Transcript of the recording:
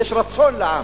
יש רצון לעם,